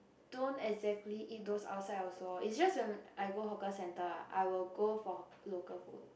don't exactly eat those outside also loh it just when I go hawker center I will go for local food